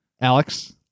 Alex